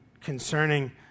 concerning